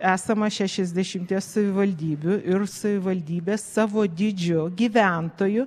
esama šešiasdešimties savivaldybių ir savivaldybės savo dydžiu gyventojų